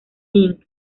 inc